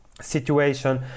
situation